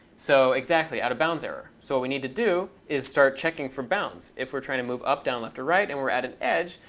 so exactly, out of bounds error. so what we need to do is start checking for bounds. if we're trying to move up, down, left, or right and we're at an edge,